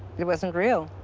it wasn't real.